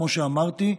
כמו שאמרתי,